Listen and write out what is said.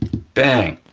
bang,